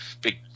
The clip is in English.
Big